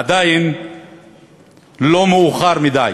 עדיין לא מאוחר מדי,